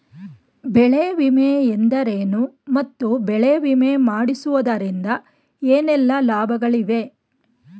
ಬೆಳೆ ವಿಮೆ ಎಂದರೇನು ಮತ್ತು ಬೆಳೆ ವಿಮೆ ಮಾಡಿಸುವುದರಿಂದ ಏನೆಲ್ಲಾ ಲಾಭಗಳಿವೆ?